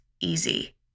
easy